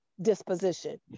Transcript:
disposition